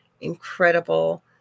incredible